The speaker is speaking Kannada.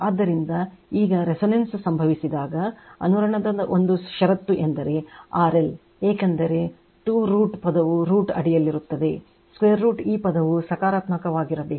ಆದ್ದರಿಂದ ಈಗ resonance ಸಂಭವಿಸಿದಾಗ ಅನುರಣನದ ಒಂದು ಷರತ್ತು ಎಂದರೆ RL ಏಕೆಂದರೆ 2√ ಪದವು √ ಅಡಿಯಲ್ಲಿರುತ್ತದೆ √ ಈ ಪದವು ಸಕಾರಾತ್ಮಕವಾಗಿರಬೇಕು